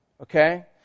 Okay